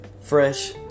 fresh